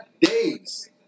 days